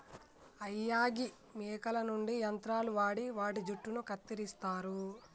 అయ్యా గీ మేకల నుండి యంత్రాలు వాడి వాటి జుట్టును కత్తిరిస్తారు